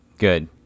Good